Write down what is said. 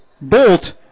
Bolt